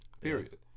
Period